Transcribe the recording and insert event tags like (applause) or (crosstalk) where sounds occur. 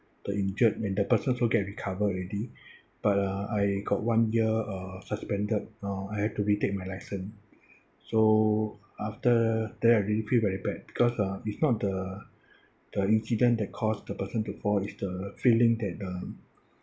the injured and the person also get recover already (breath) but uh I got one year uh suspended uh I had to retake my license so after then I really feel very bad because uh it's not the the incident that caused the person to fall it's the feeling that uh